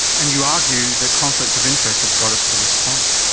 and you argue that conflicts of interest have got us to this point.